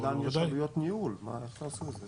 אבל עדיין יש עלויות ניהול, איך תעשו את זה?